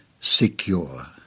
secure